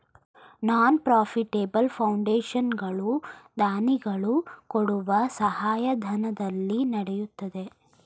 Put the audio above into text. ನಾನ್ profitable foundation ಗಳು ದಾನಿಗಳು ಕೊಡುವ ಸಹಾಯಧನದಲ್ಲಿ ನಡೆಯುತ್ತದೆ